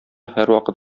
һәрвакыт